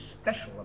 special